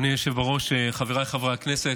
אדוני היושב בראש, חבריי חברי הכנסת,